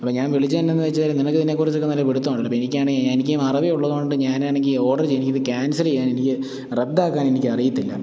അപ്പം ഞാൻ വിളിച്ചത് എന്നാന്ന് വച്ചാൽ നിനക്ക് ഇതിനെ കുറിച്ചൊക്കെ നല്ല പിടിത്തമാണല്ലോ ഇപ്പം എനിക്ക് ആണേ എനിക്ക് മറവിയുള്ളത് കൊണ്ട് ഞാൻ ആണെങ്കിൽ ഓർഡറ് ചെയ്തു ക്യാൻസല് ചെയ്യാൻ എനിക്ക് റദ്ദാക്കാൻ എനിക്ക് അറിയത്തില്ല